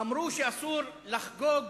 אמרו שאסור לחגוג